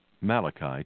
malachi